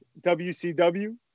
WCW